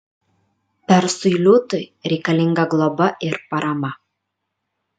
persui liūtui reikalinga globa ir parama